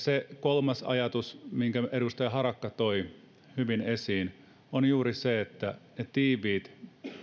se kolmas ajatus minkä edustaja harakka toi hyvin esiin on juuri se että tiiviit